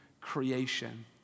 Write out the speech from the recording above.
creation